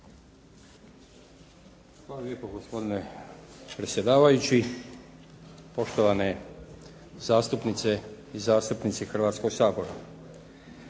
Hvala lijepo. Gospodine predsjedavajući, poštovane zastupnice i zastupnici Hrvatskoga sabora.